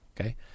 Okay